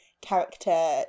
character